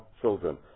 children